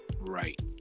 right